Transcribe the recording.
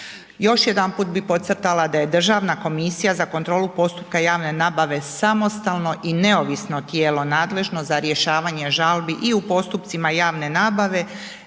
Još jedanput bih podcrtala da je Državna komisije za kontrolu postupka javne nabave samostalno i neovisno tijelo nadležno za rješavanje žalbi i u postupcima javne nabave